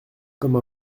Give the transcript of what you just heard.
comme